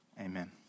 amen